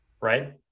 Right